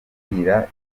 ubabwira